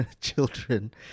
children